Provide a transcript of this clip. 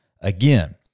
again